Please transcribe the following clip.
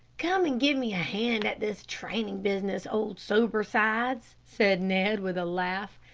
come and give me a hand at this training business, old sobersides, said ned, with a laugh.